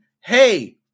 hey